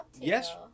yes